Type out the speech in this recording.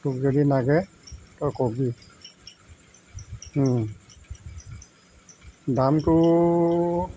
তোক যদি লাগে তই কবি দামটো